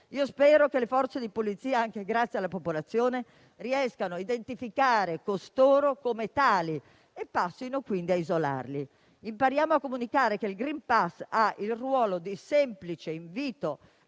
Spero che le forze di polizia, anche grazie alla popolazione, riescano ad identificare costoro come tali e passino quindi ad isolarli. Impariamo a comunicare che il *green pass* ha il ruolo di semplice invito